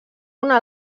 una